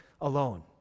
alone